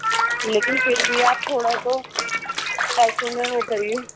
لیکن پھر بھی آپ تھوڑا تو پیسوں میں وہ کریے